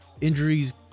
Injuries